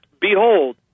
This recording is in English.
Behold